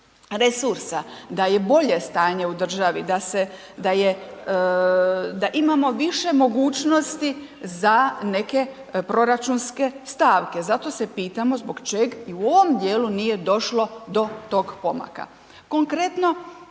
resursa, da je bolje stanje u državi, da imamo više mogućnosti za neke proračunske stavke, zato se pitamo zbog čeg i u ovom djelu i u ovom djelu nije došlo do tog pomaka. Konkretno,